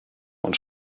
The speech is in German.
und